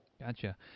Gotcha